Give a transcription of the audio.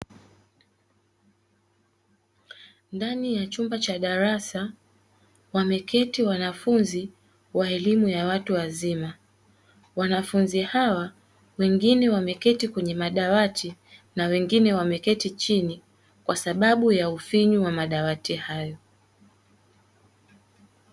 Ndani ya chumba cha darasa, wameketi wanafunzi wa elimu ya watu wazima, wanafunzi hawa wengine wameketi kwenye madawati na wengine wameketi chini, kwa sababu ya ufinyu wa madawati hayo.